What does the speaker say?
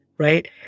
Right